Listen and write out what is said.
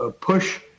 push